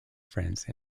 france